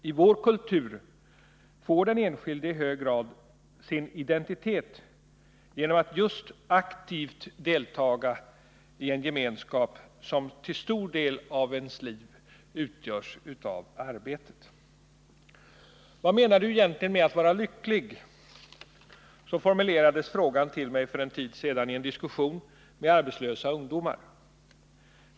I vår kultur får den enskilde i hög grad sin identitet genom att just aktivt delta i en gemenskap som under en stor del av livet utgörs av Vad menar du egentligen med att vara lycklig? Så formulerade några arbetslösa ungdomar en fråga till mig vid en diskussion för en tid sedan.